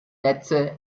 netze